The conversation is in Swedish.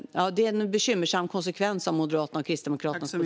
Det är en bekymmersam konsekvens av Moderaternas och Kristdemokraternas politik.